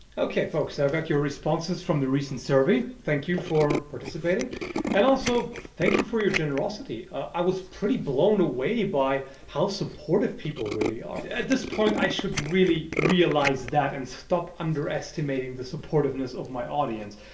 okay folks i've got your responses from the recent survey thank you for participating and also thank you for your generosity i was pretty blown away by how supportive people really are at this point i should really realize that and stop underestimating the supportiveness of my audience.